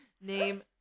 Name